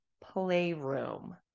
playroom